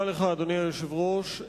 אדוני היושב-ראש,